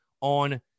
on